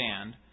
stand